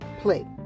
play